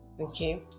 okay